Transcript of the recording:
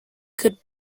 could